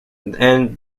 end